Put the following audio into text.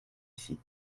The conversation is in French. ici